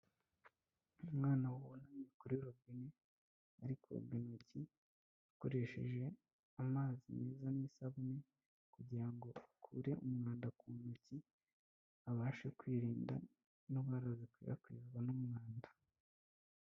Umwana abona kuri robini ari koga intoki akoresheje amazi meza n'isabune kugirango akure umwanda ku ntoki, abashe kwirinda indwara zikwirakwizwa n'umwanda.